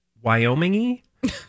wyoming-y